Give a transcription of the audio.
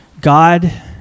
God